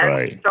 Right